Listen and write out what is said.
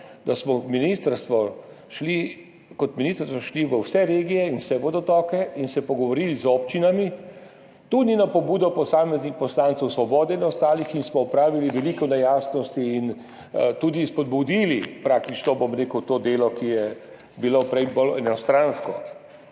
da smo kot ministrstvo šli v vse regije in vse vodotoke in se pogovorili z občinami, tudi na pobudo posameznih poslancev Svobode in ostalih, in smo odpravili veliko nejasnosti in tudi spodbudili praktično, bom rekel, to delo, ki je bilo prej bolj enostransko.